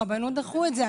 הרבנות דחתה את זה.